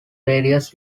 various